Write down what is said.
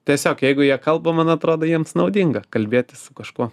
tiesiog jeigu jie kalba man atrodo jiems naudinga kalbėtis su kažkuo